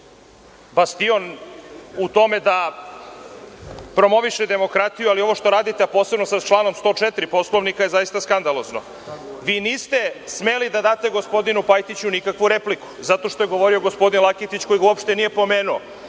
bastion u tome da promoviše demokratiju, ali ovo što radite, a posebno sa članom 104. Poslovnika, zaista je skandalozno. Vi niste smeli da date gospodinu Pajtiću nikakvu repliku, zato što je govorio gospodin Laketić koji ga uopšte nije pomenuo.